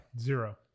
Zero